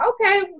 okay